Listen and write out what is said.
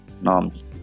norms